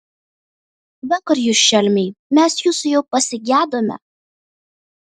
va kur jūs šelmiai mes jūsų jau pasigedome